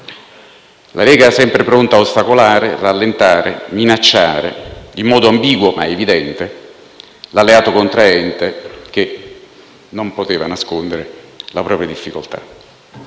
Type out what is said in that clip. La Lega è sempre stata pronta ad ostacolare, a rallentare e a minacciare, in modo ambiguo, ma evidente, l'alleato contraente, che non poteva nascondere la propria difficoltà.